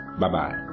Bye-bye